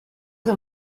que